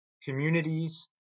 communities